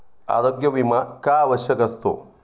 आरोग्य विमा का आवश्यक असतो?